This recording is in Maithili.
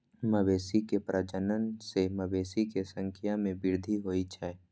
मवेशी के प्रजनन सं मवेशी के संख्या मे वृद्धि होइ छै